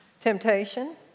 Temptation